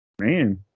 Man